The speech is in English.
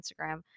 Instagram